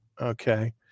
Okay